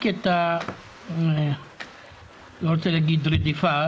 אם אדם רוצה לעבור ממקום למקום יש לו בעיה מבחינת משרד